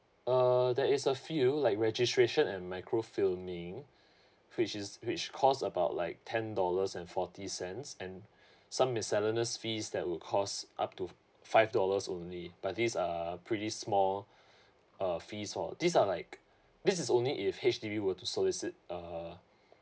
uh there is a few like registration and micro filming which is which cost about like ten dollars and forty cents and some miscellaneous fees that will cost up to five dollars only but this uh pretty small uh fees for these are like this is only if H_D_B were to sold you seek uh